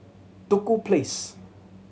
Duku Place